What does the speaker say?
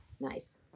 Nice